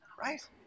Right